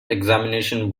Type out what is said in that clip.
examination